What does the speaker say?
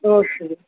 okay